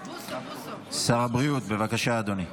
שר הבריאות, בבקשה, אדוני,